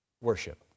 worship